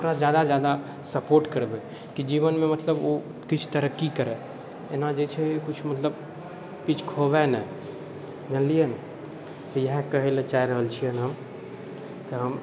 ओकरा ज्यादासँ ज्यादा सपोर्ट करबै कि जीवनमे मतलब ओ किछु तरक्की करै एना जे छै मतलब किछु खोबै नहि जानलिए ने तऽ इएह कहैलए चाहि रहल छिअनि हम तऽ हम